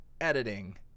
editing